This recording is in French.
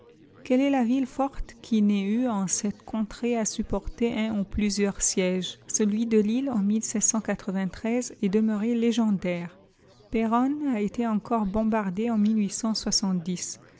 quelle est la ville forte qui n'ait eu en cette contrée à supporter un ou plusieurs sièges celui de lille en est demeuré légendaire péronne a été encore bombardée en